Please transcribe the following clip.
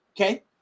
Okay